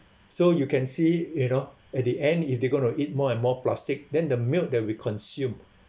so you can see you know at the end if they going to to eat more and more plastic than the milk that we consume